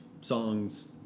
songs